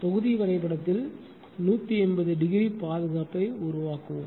தொகுதி வரைபடத்தில் 180 டிகிரி பாதுகாப்பை உருவாக்குவோம்